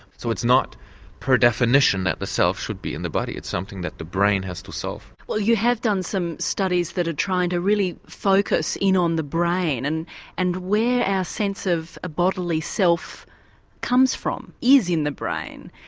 so it's not per definition that the self should be in the body, it's something that the brain has to solve. well you have done some studies that are trying to really focus in on the brain, and and where our sense of bodily self self comes from is in the brain.